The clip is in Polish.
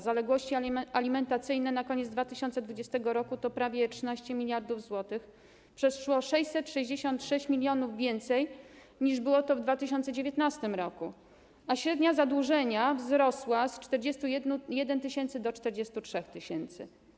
Zaległości alimentacyjne na koniec 2020 r. to prawie 13 mld zł, przeszło 666 mln więcej, niż było to w 2019 r., a średnia zadłużenia wzrosła z 41 tys. do 43 tys.